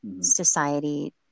society